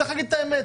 צריך להגיד את האמת.